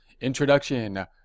Introduction